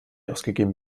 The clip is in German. ausgegeben